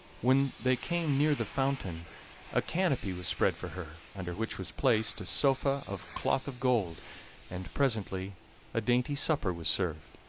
when they came near the fountain a canopy was spread for her, under which was placed a sofa of cloth-of-gold, and presently a dainty supper was served,